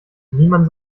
niemand